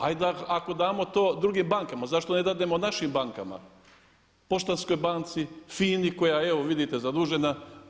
Ajde ako damo to drugim bankama, zašto ne dadnemo našim bankama Poštanskoj banci, FINA-i koja evo vidite je zadužena?